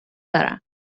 دارم